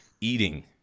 eating